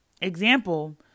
Example